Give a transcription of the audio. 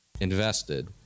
invested